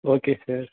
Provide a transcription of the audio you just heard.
okay sir